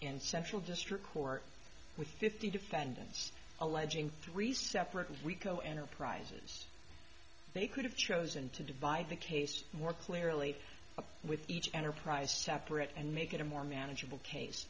in central district court with fifty defendants alleging three separate and rico enterprises they could have chosen to divide the case more clearly with each enterprise separate and make it a more manageable cas